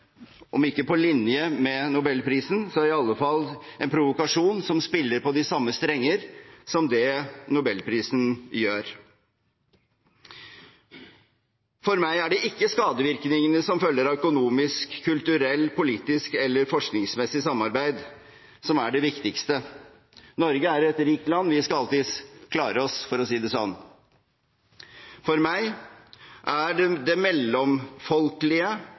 om ikke på linje med Nobelprisen, så i alle fall en provokasjon som spiller på de samme strenger som det Nobelprisen gjør. For meg er det ikke skadevirkningene som følger av økonomisk, kulturelt, politisk eller forskningsmessig samarbeid som er det viktigste – Norge er et rikt land, vi skal alltids klare oss, for å si det sånn – for meg er det det mellomfolkelige